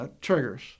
triggers